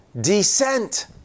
descent